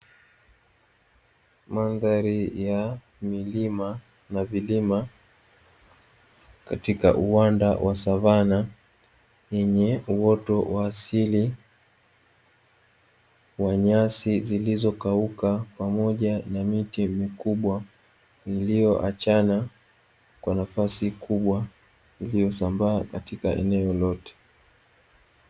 Mandhari ya milima na vilima katika uwanda wa savana yenye uoto wa asili wa nyasi zilizokauka pamoja na miti mikubwa iliyoachana kwa nafasi kubwa iliyosambaa katika eneo lote.